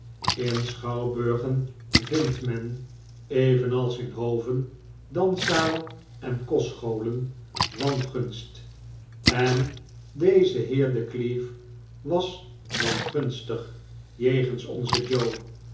in schouwburgen vindt men evenals in hoven danszalen en kostscholen wangunst en deze heer de cleave was wangunstig jegens onzen